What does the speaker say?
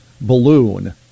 balloon